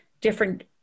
different